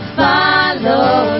follow